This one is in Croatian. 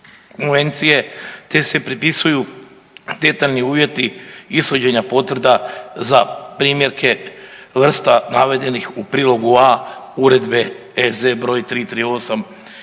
te se propisuju detaljni uvjeti ishođenja potvrda za primjerke vrsta navedenih u prilogu A Uredbe EZ br.